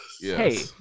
Hey